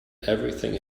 everything